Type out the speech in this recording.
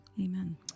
Amen